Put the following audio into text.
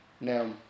Now